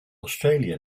australia